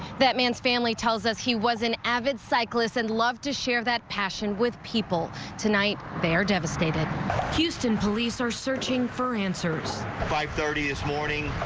that man's family tells us he was an avid cyclists and love to share that passion with people tonight they are devastated houston police are searching for answers by thirty this morning.